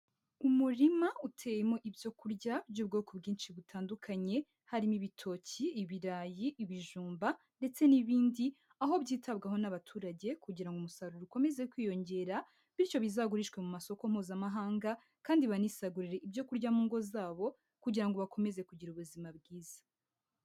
Umurima uteyemo ibyo kurya by'ubwoko bwinshi butandukanye, harimo ibitoki, ibirayi, ibijumba ndetse n'ibindi, aho byitabwaho n'abaturage kugira ngo umusaruro ukomeze kwiyongera bityo bizagurishwe mu masoko mpuzamahanga, kandi banisagurire ibyo kurya mu ngo zabo kugira ngo bakomeze kugira ubuzima bwiza.